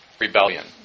Rebellion